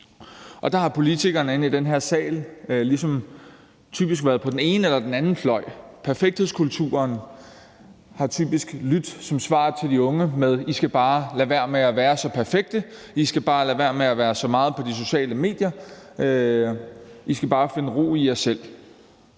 Og der har politikerne inde i den her sal ligesom typisk været på den ene eller den anden fløj. Hvad angår perfekthedskulturen, har svaret til de unge typisk været: I skal bare lade være med at være så perfekte, I skal bare lade være med at være så meget på de sociale medier, I skal bare finde ro i jer selv.